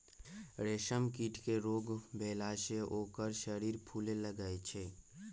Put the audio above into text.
रेशम कीट के रोग भेला से ओकर शरीर फुले लगैए छइ